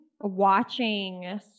watching